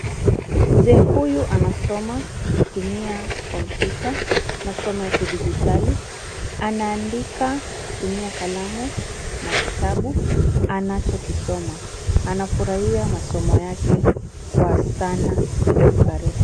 Mzee huyu anasoma kutumia komputa, masomo ya kidijitalia, anaandika kutumia kalamu na kitabu anachokisoma. Anafurahia masomo yake kwa sana na ukaribu.